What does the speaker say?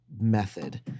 method